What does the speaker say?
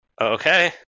Okay